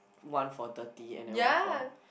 one for dirty and then one for